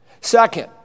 Second